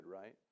right